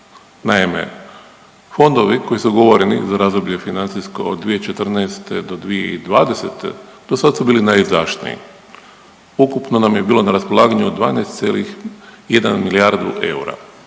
Naime, fondovi koji su ugovoreni za razdoblje financijsko od 2014. do 2020. do sad su bili najizdašniji. Ukupno nam je bilo na raspolaganju 12,1 milijardu eura.